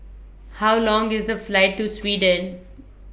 How Long IS The Flight to Sweden